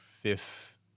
Fifth